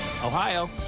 Ohio